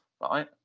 right